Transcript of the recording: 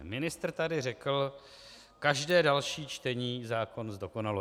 Ministr tady řekl, každé další čtení zákon zdokonaluje.